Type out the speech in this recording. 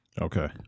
Okay